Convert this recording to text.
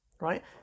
right